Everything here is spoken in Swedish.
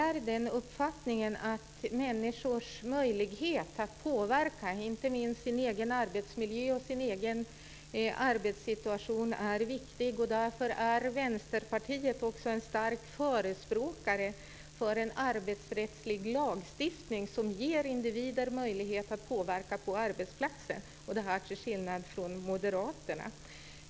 Jag delar uppfattningen att människors möjlighet att påverka, inte minst sin egen arbetsmiljö och sin egen arbetssituation, är viktig. Därför är Vänsterpartiet en stark förespråkare för arbetsrättslig lagstiftning som ger individer möjlighet att påverka på arbetsplatsen; detta till skillnad från Moderaterna.